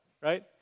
right